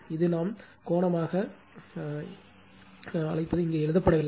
இதை நாம் கோணமாக அழைப்பது இங்கே எழுதப்படவில்லை